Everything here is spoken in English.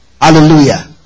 Hallelujah